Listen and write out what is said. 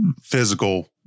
physical